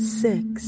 six